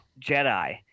Jedi